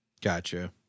Gotcha